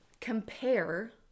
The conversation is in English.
compare